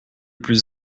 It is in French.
plus